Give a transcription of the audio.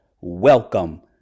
Welcome